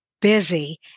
busy